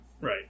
Right